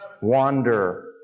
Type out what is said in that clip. wander